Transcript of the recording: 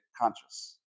conscious